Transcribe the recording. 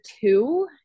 two